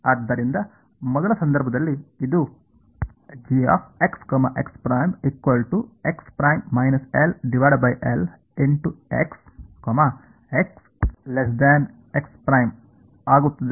ಆದ್ದರಿಂದ ಮೊದಲ ಸಂದರ್ಭದಲ್ಲಿ ಇದು ಆಗುತ್ತದೆ